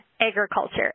agriculture